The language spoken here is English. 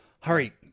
Hurry